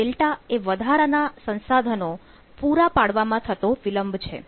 δ એ વધારાના સંસાધનો પૂરા પાડવામાં થતો વિલંબ છે